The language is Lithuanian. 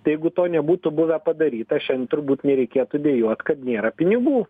tai jeigu to nebūtų buvę padaryta šian turbūt nereikėtų dejuot kad nėra pinigų